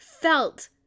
felt